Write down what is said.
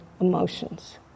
emotions